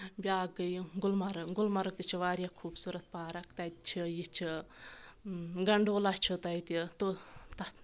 بیاکھ گٔیہِ گُلمَرگ گُلمَرگ تہِ چھِ واریاہ خوٗبصوٗرت پارَک تَتہِ چھِ یہِ چھِ گنٛڈولا چھُ تَتہِ تہٕ تَتھ